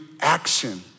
action